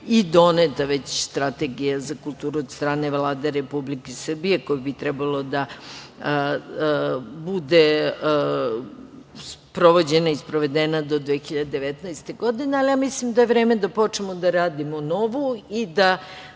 i doneta već strategija za kulturu od strane Vlade Republike Srbije, koja bi trebala da bude sprovođena i sprovedena do 2019. godine, ali ja mislim da je vreme da počnemo da radimo novu i da